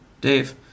Dave